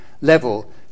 level